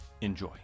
Enjoy